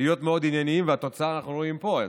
להיות מאוד ענייניים, ואת התוצאה אנחנו רואים פה.